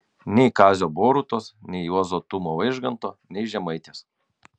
nei kazio borutos nei juozo tumo vaižganto nei žemaitės